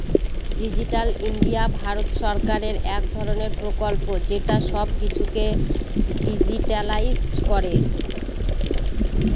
digital India Bharat সরকারের এক ধরনের প্রকল্প যেটা সব কিছুকে ডিজিট্যালাইসড করে